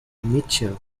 mitchell